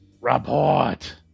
Report